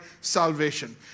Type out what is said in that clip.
salvation